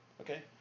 okay